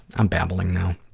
i'm babbling now.